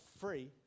free